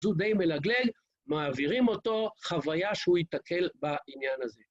זו די מלגלל, מעבירים אותו, חוויה שהוא ייתקל בעניין הזה.